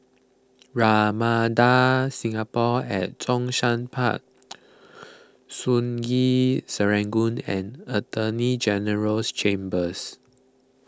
Ramada Singapore at Zhongshan Park Sungei Serangoon and Attorney General's Chambers